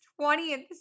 20th